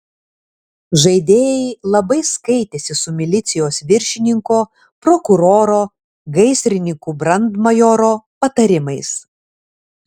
žaidėjai labai skaitėsi su milicijos viršininko prokuroro gaisrininkų brandmajoro patarimais